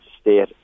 state